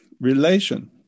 relation